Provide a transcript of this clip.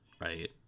right